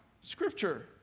scripture